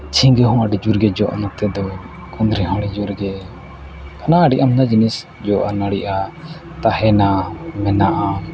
ᱡᱷᱤᱜᱟᱹ ᱦᱚᱸ ᱟᱹᱰᱤ ᱡᱳᱨ ᱜᱮ ᱡᱚᱜᱼᱟ ᱱᱚᱛᱮ ᱫᱚ ᱠᱩᱫᱽᱨᱤ ᱦᱚᱸ ᱟᱹᱰᱤ ᱡᱳᱨ ᱜᱮ ᱦᱮᱱᱟᱜᱼᱟ ᱟᱹᱰᱤ ᱟᱢᱫᱟ ᱡᱤᱱᱤᱥ ᱜᱮ ᱡᱚᱜᱼᱟ ᱱᱟᱹᱲᱤᱜᱼᱟ ᱛᱟᱦᱮᱱᱟ ᱢᱮᱱᱟᱜᱼᱟ